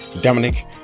dominic